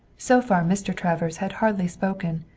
so far mr. travers had hardly spoken,